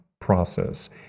process